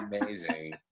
Amazing